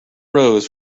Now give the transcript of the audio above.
rose